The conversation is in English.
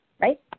right